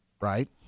Right